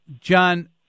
John